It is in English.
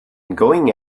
going